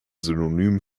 synonym